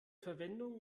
verwendung